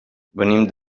venim